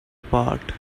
apart